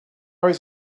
was